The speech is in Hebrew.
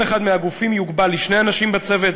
כל אחד מהגופים יוגבל לשני אנשים בצוות.